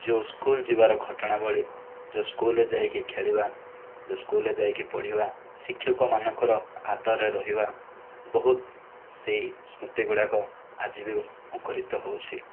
ଯେଉଁ ସ୍କୁଲ ଯିବାର ଘଟଣାବଳି ଯେଉଁ ସ୍କୁଲରେ ଯାଇକି ଖେଳିବା ଯେଉଁ ସ୍କୁଲରେ ଯାଇକି ପଢିବା ଶିକ୍ଷକମାନଙ୍କ ଆଦରରେ ରହିବା ବହୁତ ସେହି ସ୍ମୃତି ଗୁଡ଼ାକ ଆଜି ବି ମୁଖରିତ ହେଉଛି